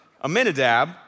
Aminadab